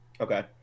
Okay